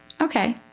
Okay